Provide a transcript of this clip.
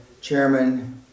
chairman